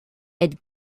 est